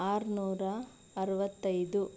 ಆರುನೂರ ಅರವತ್ತೈದು